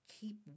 keep